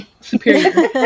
superior